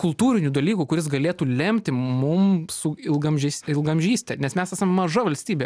kultūrinių dalykų kuris galėtų lemti mum su ilgaamžiais ilgaamžystę nes mes esam maža valstybė